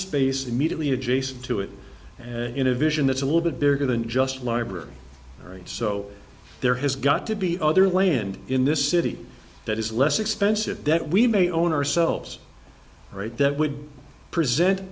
space immediately adjacent to it in a vision that's a little bit bigger than just library so there has got to be other land in this city that is less expensive that we may own ourselves right that would present